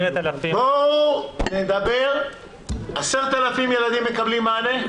רגע, 10,000 ילדים מקבלים מענה?